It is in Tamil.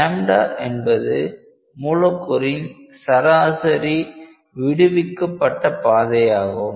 λ என்பது மூலக்கூறின் சராசரி விடுவிக்கப்பட்ட பாதையாகும்